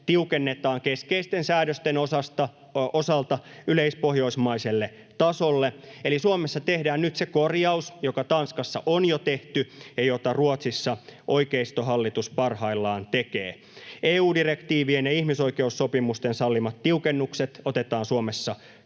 tiukennetaan keskeisten säädösten osalta yleispohjoismaiselle tasolle, eli Suomessa tehdään nyt se korjaus, joka Tanskassa on jo tehty ja jota Ruotsissa oikeistohallitus parhaillaan tekee. EU-direktiivien ja ihmisoikeussopimusten sallimat tiukennukset otetaan Suomessa